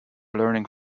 learning